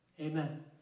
Amen